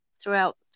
throughout